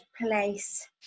place